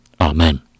Amen